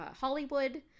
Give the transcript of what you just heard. Hollywood